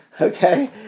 Okay